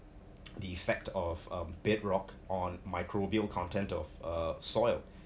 the effect of uh bedrock on microbial content of uh soil